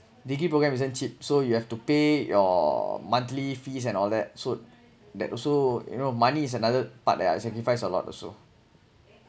degree program isn't cheap so you have to pay your monthly fees and all that so that also you know money is another part that sacrificed a lot also